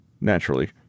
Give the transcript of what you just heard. Naturally